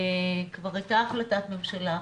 כבר הייתה החלטת ממשלה,